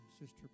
sister